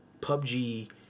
PUBG